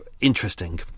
interesting